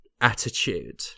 attitude